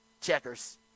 checkers